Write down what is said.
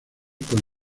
con